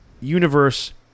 Universe